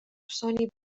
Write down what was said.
sonny